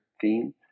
theme